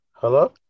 Hello